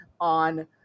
on